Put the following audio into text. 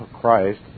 Christ